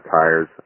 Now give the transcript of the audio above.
tires